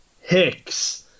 Hicks